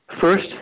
First